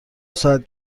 ساعت